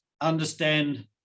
understand